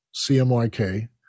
CMYK